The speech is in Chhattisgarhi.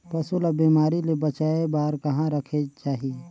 पशु ला बिमारी ले बचाय बार कहा रखे चाही?